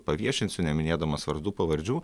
paviešinsiu neminėdamas vardų pavardžių